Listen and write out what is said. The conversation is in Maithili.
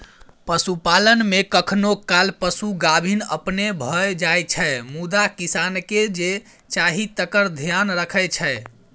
पशुपालन मे कखनो काल पशु गाभिन अपने भए जाइ छै मुदा किसानकेँ जे चाही तकर धेआन रखै छै